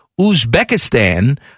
Uzbekistan